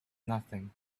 nothing